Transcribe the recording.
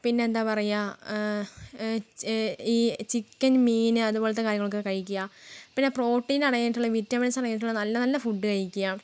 പിന്നെ എന്താണ് പറയുക ഈ ചിക്കൻ മീൻ അതുപോലത്തെ കാര്യങ്ങളൊക്കെ കഴിക്കുക പിന്നെ പ്രോട്ടീൻ അടങ്ങിയിട്ടുള്ള വിറ്റമിൻസ് അടങ്ങിയിട്ടുള്ള നല്ല നല്ല ഫുഡ് കഴിക്കുക